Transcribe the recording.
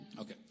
Okay